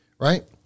Right